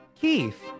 Keith